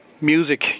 music